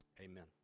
Amen